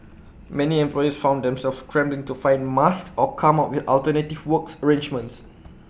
many employers found themselves scrambling to find masks or come up with alternative works arrangements